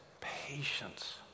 patience